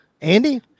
andy